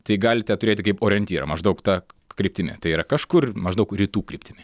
tai galite turėti kaip orientyrą maždaug ta kryptimi tai yra kažkur maždaug rytų kryptimi